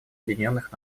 объединенных